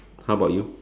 how about you